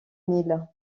nil